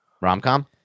rom-com